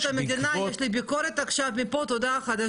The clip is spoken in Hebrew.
המדינה יש לי ביקורת עכשיו מפה עד הודעה חדשה,